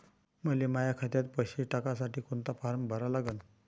मले माह्या खात्यात पैसे टाकासाठी कोंता फारम भरा लागन?